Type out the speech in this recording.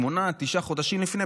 שמונה-תשעה חודשים לפני,